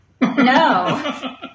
No